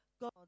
God